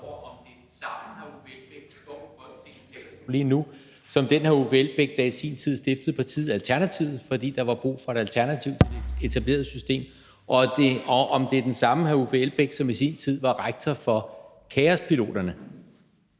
om det er den samme hr. Uffe Elbæk, som i sin tid var rektor for KaosPiloterne.